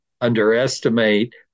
underestimate